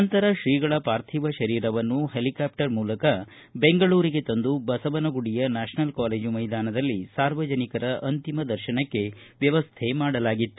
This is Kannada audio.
ನಂತರ ಶ್ರೀಗಳ ಪಾರ್ಥಿವ ಶರೀರವನ್ನು ಹೆಲಿಕಾಪ್ಷರ್ ಮೂಲಕ ಬೆಂಗಳೂರಿಗೆ ತಂದು ಬಸವನಗುಡಿಯ ನ್ಯಾಷನಲ್ ಕಾಲೇಜು ಮೈದಾನದಲ್ಲಿ ಸಾರ್ವಜನಿಕರ ಅಂತಿಮ ದರ್ಶನಕ್ಕೆ ವ್ಯವಸ್ಥೆ ಮಾಡಲಾಗಿತ್ತು